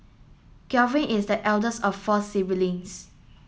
Galvin is the eldest of four siblings